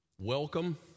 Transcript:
welcome